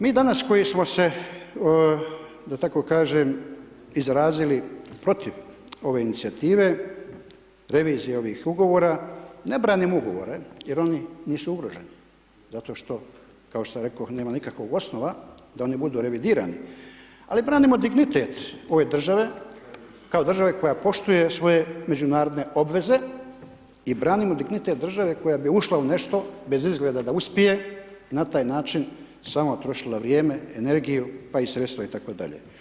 Mi danas koji smo se, da tako kažem, izrazili protiv ove inicijative, revizije ovih ugovora, ne branim ugovore jer oni nisu ugroženi zato što, kao što sam rekao, nema nikakvog osnova da oni budu revidirani, ali branimo dignitet ove države kao države koje poštuje svoje međunarodne obveze i branimo dignitet države koja bi ušla u nešto bez izgleda da uspije na taj način samo trošila vrijeme, energiju, pa i sredstva itd.